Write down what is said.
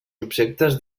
objectes